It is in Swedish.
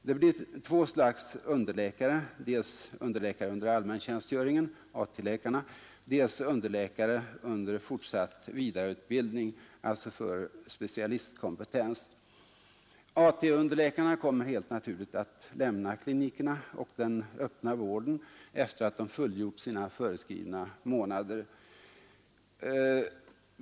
Det blir två slags underläkare: dels underläkare under allmäntjänstgöringen AT läkarna —, dels underläkare under fortsatt vidareutbildning, alltså för specialistkompetens. AT-underläkarna kommer helt naturligt att lämna klinikerna och den öppna vården efter det att de fullgjort sina föreskrivna månader.